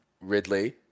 Ridley